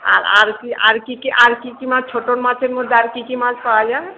আর আর কি আর কি কি আর কি কি মাছ ছোটোমাছের মধ্যে আর কি কি মাছ পাওয়া যায়